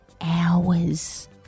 hours